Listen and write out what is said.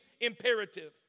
imperative